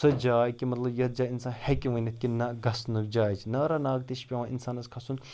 سۄ جاے کہِ مطلب یَتھ جایہِ اِنسان ہٮ۪کہِ ؤنِتھ کہِ نَہ گژھنُک جاے چھِ ناراناگ تہِ چھِ پٮ۪وان اِنسانَس کھسُن